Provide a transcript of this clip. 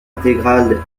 intégrale